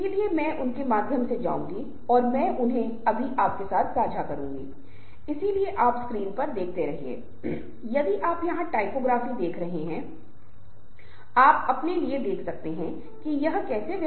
अब समूह गठन के कुछ चरण हैं जिन्हें मैं यहाँ समझाना चाहता हूँ वर्ष १९६५ में एक बहुत प्रसिद्ध विद्वान थे उनका नाम ब्रूस टकमैन है